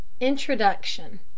Introduction